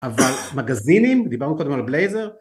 אבל מגזינים, דיברנו קודם על בלייזר.